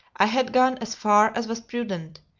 i had gone as far as was prudent,